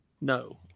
No